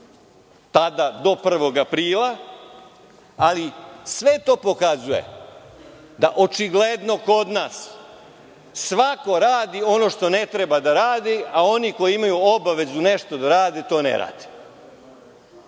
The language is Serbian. tada do 1. aprila, ali sve to pokazuje da očigledno kod nas svako radi ono što ne treba da radi, a oni koji imaju obavezu nešto da rade, to ne rade.